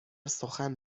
سخن